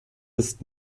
ist